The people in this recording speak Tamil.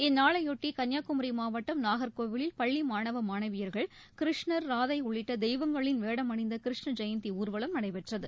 இந்நாளையொட்டி கன்னியாகுமி மாவட்டம் நாகர்கோவிலில் பள்ளி மாணவ மாணவியர்கள் கிருஷ்ணா் ராதை உள்ளிட்ட தெய்வங்களின் வேடமணிந்த கிருஷ்ண ஜெயந்தி ஊர்வலம் நடைபெற்றது